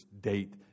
date